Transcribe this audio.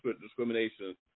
discrimination